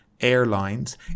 airlines